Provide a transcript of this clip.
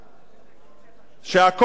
שהכול מותר במדינה הזאת.